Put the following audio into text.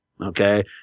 Okay